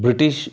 British